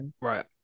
Right